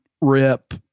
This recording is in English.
Rip